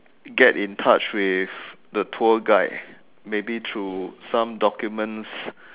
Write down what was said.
get in touch with the tour guide maybe through some documents